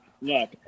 look